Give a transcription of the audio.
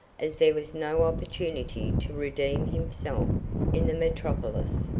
as there was no opportunity to redeem himself in the metropolis.